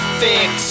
fix